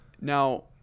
Now